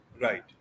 Right